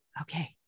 Okay